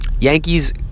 Yankees